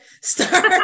Start